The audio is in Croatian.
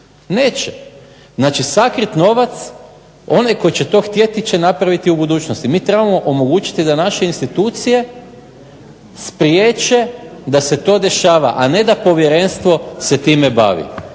neće. Znači sakrit novac, onaj koji će to htjeti će napraviti u budućnosti. Mi trebamo omogućiti da naše institucije spriječe da se to dešava, a ne da povjerenstvo se time bavi.